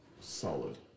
Solid